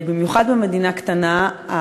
במיוחד במדינה קטנה.